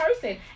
person